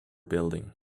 building